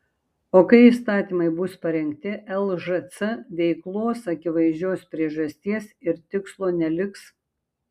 o kai įstatymai bus parengti lžc veiklos akivaizdžios priežasties ir tikslo neliks